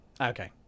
Okay